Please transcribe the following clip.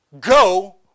Go